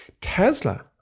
Tesla